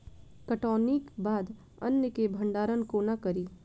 कटौनीक बाद अन्न केँ भंडारण कोना करी?